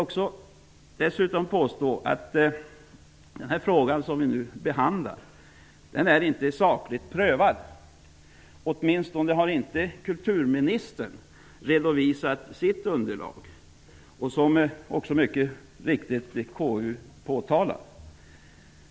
Jag påstår dessutom att den fråga som vi nu behandlar inte är sakligt prövad, åtminstone har inte kulturministern redovisat sitt underlag, precis som KU mycket riktigt påtalat.